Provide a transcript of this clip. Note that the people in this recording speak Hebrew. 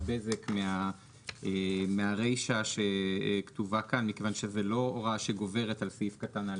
בזק מהרישה שכתובה כאן מכיוון שזו לא הוראה שגוברת על סעיף קטן (א).